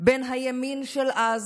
בין הימין של אז